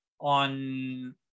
on